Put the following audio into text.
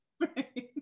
Right